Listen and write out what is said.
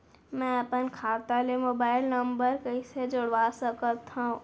मैं अपन खाता ले मोबाइल नम्बर कइसे जोड़वा सकत हव?